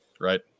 right